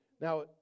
Now